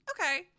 okay